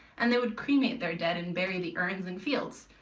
and they would cremate their dead, and buried the urn in fields.